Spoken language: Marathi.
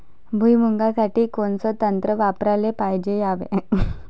भुइमुगा साठी कोनचं तंत्र वापराले पायजे यावे?